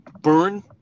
burn